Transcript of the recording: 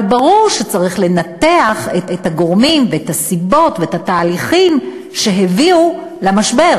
אבל ברור שצריך לנתח את הגורמים ואת הסיבות ואת התהליכים שהביאו למשבר,